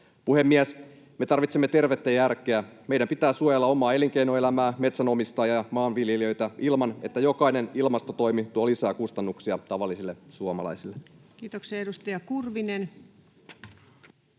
Puhemies! Me tarvitsemme tervettä järkeä. Meidän pitää suojella omaa elinkeinoelämää, metsänomistajia, maanviljelijöitä ilman, että jokainen ilmastotoimi tuo lisää kustannuksia tavallisille suomalaisille. Kiitoksia. — Edustaja Kurvinen.